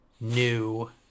new